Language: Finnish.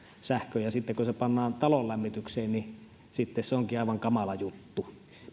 sähkö ja sitten kun se pannaan talon lämmitykseen niin sitten se onkin aivan kamala juttu